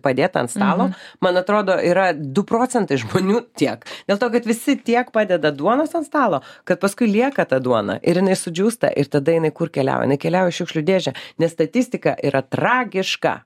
padėta ant stalo man atrodo yra du procentai žmonių tiek dėl to kad visi tiek padeda duonos ant stalo kad paskui lieka ta duona ir jinai sudžiūsta ir tada jinai kur keliauja jinai keliauja į šiukšlių dėžę nes statistika yra tragiška